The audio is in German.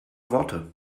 worte